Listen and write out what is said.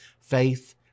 Faith